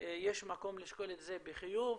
יש מקום לשקול את זה בחיוב.